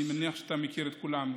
אני מניח שאתם מכיר את כולן,